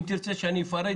אם תרצה שאני אפרט,